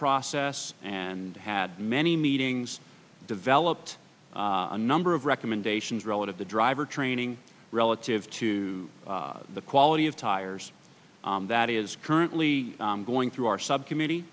process and had many meetings developed a number of recommendations relative the driver training relative to the quality of tires that is currently going through our subcommittee